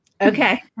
Okay